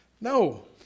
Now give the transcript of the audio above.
No